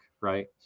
right